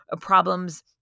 problems